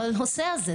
בנושא הזה,